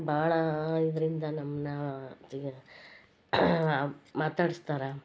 ಭಾಳಾ ಇದರಿಂದ ನಮ್ಮನ್ನು ಮಾತಾಡಿಸ್ತಾರೆ